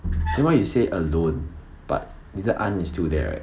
then why you say alone but 你的 aunt is still there right